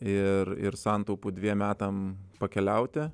ir ir santaupų dviem metam pakeliauti